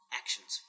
actions